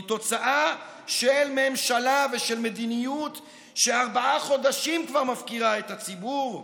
היא תוצאה של ממשלה ושל מדיניות שכבר ארבעה חודשים מפקירה את הציבור,